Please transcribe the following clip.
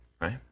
right